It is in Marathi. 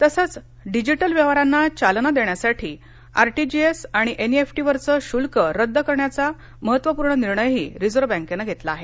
तसंच डिजिटल व्यवहारांना चालना देण्यासाठी आरटीजीएस आणि एनईएफटी वरचं शुल्क रद्द करण्याचा महत्त्वपूर्ण निर्णयही रिझर्व बँकेनं घेतला आहे